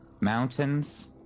mountains